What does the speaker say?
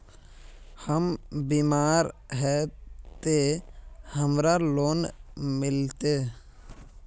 हम बीमार है ते हमरा लोन मिलते?